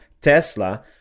Tesla